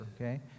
okay